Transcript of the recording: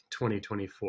2024